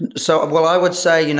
and so well, i would say, you know